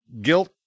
guilt